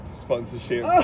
sponsorship